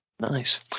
nice